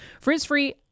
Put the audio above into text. Frizz-free